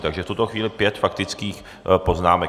Takže v tuto chvíli pět faktických poznámek.